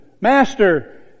Master